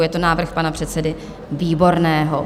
Je to návrh pana předsedy Výborného.